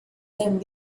them